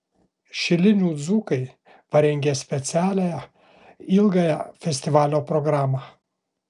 šilinių dzūkai parengė specialią ilgąją festivalio programą